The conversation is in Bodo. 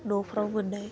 न'फ्राव मोननाय